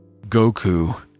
Goku